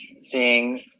seeing